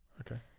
Okay